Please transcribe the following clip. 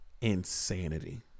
Insanity